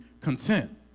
content